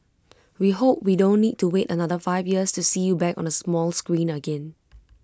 we hope we don't need to wait another five years to see you back on the small screen again